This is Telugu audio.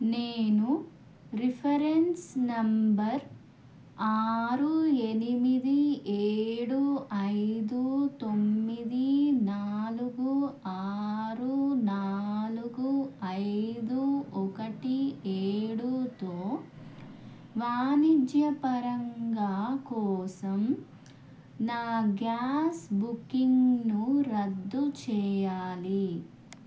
నేను రిఫరెన్స్ నంబర్ ఆరు ఎనిమిది ఏడు ఐదు తొమ్మిది నాలుగు ఆరు నాలుగు ఐదు ఒకటి ఏడుతో వాణిజ్యపరంగా కోసం నా గ్యాస్ బుకింగ్ను రద్దు చేయాలి